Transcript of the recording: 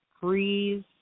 freeze